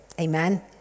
Amen